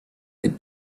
that